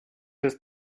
ist